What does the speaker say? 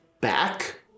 back